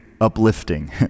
uplifting